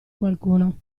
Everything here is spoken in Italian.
qualcuno